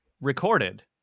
recorded